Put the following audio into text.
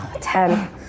Ten